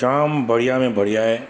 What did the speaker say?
जाम बढ़िया में बढ़िया आहे